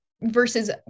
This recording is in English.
versus